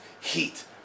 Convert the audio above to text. heat